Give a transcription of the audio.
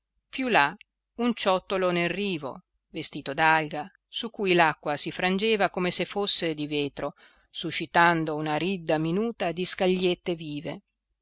più là un ciottolo nel rivo vestito d'alga su cui l'acqua si frangeva come se fosse di vetro suscitando una ridda minuta di scagliette vive